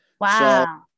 Wow